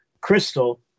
crystal